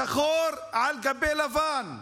שחור על גבי לבן,